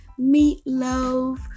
meatloaf